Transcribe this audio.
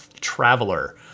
Traveler